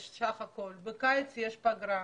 בקיץ יש פגרה.